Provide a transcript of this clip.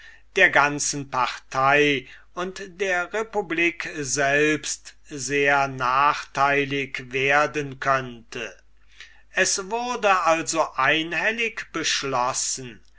der ganzen partei und der republik selbst sehr nachteilig werden könnte es wurde also einhellig beschlossen